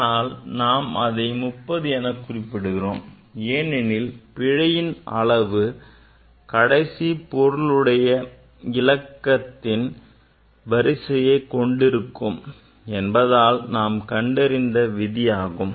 ஆனால் நாம் அதை 30 என குறிப்பிடுகிறோம் ஏனெனில் பிழை யின் அளவு கடைசி பொருளுடைய இலக்கத்தின் வரிசையைக் கொண்டிருக்கும் என்பது நாம் கற்றறிந்த விதி ஆகும்